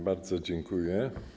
Bardzo dziękuję.